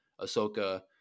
Ahsoka